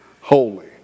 holy